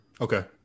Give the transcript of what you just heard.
Okay